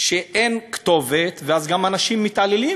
שאין כתובת, ואז אנשים מתעללים.